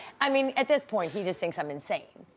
i mean, at this point, he just thinks i'm insane.